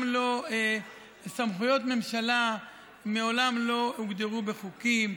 סמכויות ממשלה מעולם לא הוגדרו בחוקים,